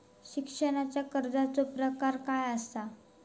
शिक्षणाच्या कर्जाचो प्रकार काय आसत?